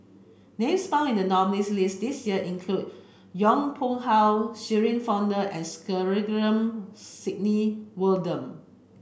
names found in the nominees' list this year include Yong Pung How Shirin Fozdar and Sandrasegaran Sidney Wooden